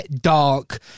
dark